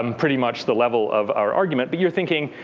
um pretty much the level of our argument. but you're thinking,